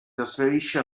trasferisce